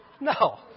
No